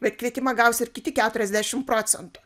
bet kvietimą gaus ir kiti keturiasdešim procentų